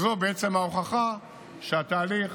זו בעצם ההוכחה שהתהליך